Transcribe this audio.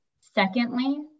Secondly